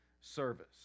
service